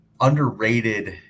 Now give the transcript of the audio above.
underrated